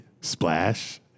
Splash